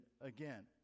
again